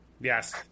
Yes